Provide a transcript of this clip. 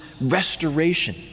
restoration